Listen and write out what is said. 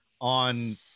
on